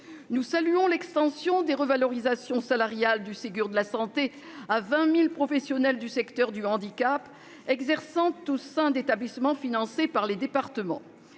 Nous saluons l'extension des revalorisations salariales du Ségur de la santé à 20 000 professionnels du secteur du handicap exerçant au sein d'établissements financés par les départements.